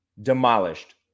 demolished